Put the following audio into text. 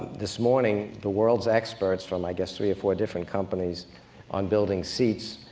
this morning, the world's experts from i guess three or four different companies on building seats,